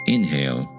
Inhale